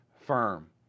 firm